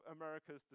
America's